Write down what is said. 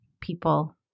people